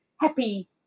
happy